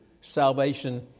Salvation